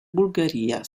bulgaria